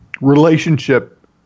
relationship